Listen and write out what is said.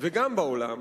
וגם בעולם,